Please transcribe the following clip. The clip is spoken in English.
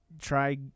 try